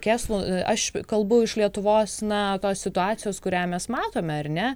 kėslų aš kalbu iš lietuvos na tos situacijos kurią mes matome ar ne